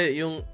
yung